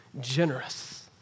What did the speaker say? generous